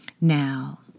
Now